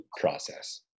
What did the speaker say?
process